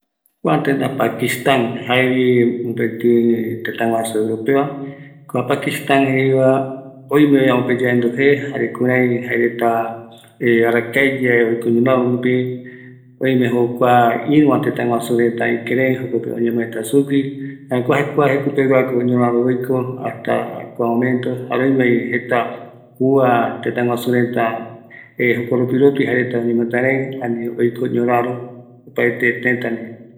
Kua Pakistan jaeretañovi oiko ñörärörupi avei, oyeepï oiko ïrüva tëtäguasu reta gui, kua jeko pegua ndipo oïme jeko posïreta, jäguiro jeko reta rupi oïme oiko reta yovaiso rupi avei, yaendu rämi